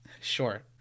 Sure